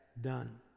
done